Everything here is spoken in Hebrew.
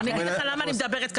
אני אגיד לך למה אני מדברת ככה.